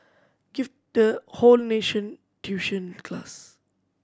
give the whole nation tuition class